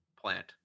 plant